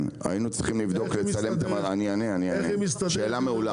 כן, אני אענה, שאלה מעולה.